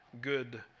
good